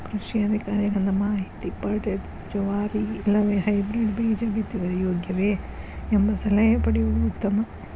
ಕೃಷಿ ಅಧಿಕಾರಿಗಳಿಂದ ಮಾಹಿತಿ ಪದೆದು ಜವಾರಿ ಇಲ್ಲವೆ ಹೈಬ್ರೇಡ್ ಬೇಜ ಬಿತ್ತಿದರೆ ಯೋಗ್ಯವೆ? ಎಂಬ ಸಲಹೆ ಪಡೆಯುವುದು ಉತ್ತಮ